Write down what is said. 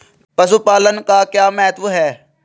पशुपालन का क्या महत्व है?